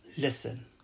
Listen